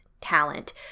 talent